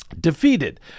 defeated